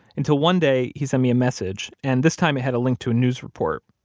until one day he sent me a message, and this time it had a link to a news report.